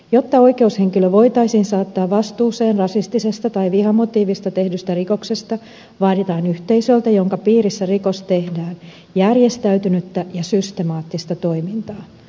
jotta oikeushenkilö voitaisiin saattaa vastuuseen rasistisesta tai vihamotiivista tehdystä rikoksesta vaaditaan yhteisöltä jonka piirissä rikos tehdään järjestäytynyttä ja systemaattista toimintaa